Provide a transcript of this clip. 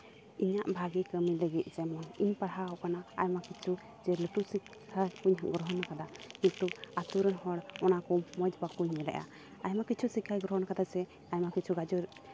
ᱤᱧᱟᱹᱜ ᱵᱷᱟᱹᱜᱤ ᱠᱟᱹᱢᱤ ᱞᱟᱹᱜᱤᱫ ᱡᱮᱢᱚᱱ ᱤᱧ ᱯᱟᱲᱦᱟᱣ ᱠᱟᱱᱟ ᱟᱭᱢᱟ ᱠᱤᱪᱷᱩ ᱡᱮ ᱞᱟᱹᱴᱩ ᱥᱤᱠᱷᱟᱧ ᱜᱨᱚᱦᱚᱱ ᱠᱟᱫᱟ ᱠᱤᱱᱛᱩ ᱟᱹᱛᱩ ᱨᱮᱱ ᱦᱚᱲ ᱚᱱᱟ ᱠᱚ ᱢᱚᱡᱽ ᱵᱟᱠᱚ ᱧᱮᱞᱮᱜᱼᱟ ᱟᱭᱢᱟ ᱠᱤᱪᱷᱩ ᱥᱤᱠᱠᱷᱟᱧ ᱜᱨᱚᱦᱚᱱ ᱠᱟᱫᱟ ᱥᱮ ᱟᱭᱢᱟ ᱠᱤᱪᱷᱩ ᱜᱟᱡᱚᱨ